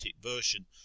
version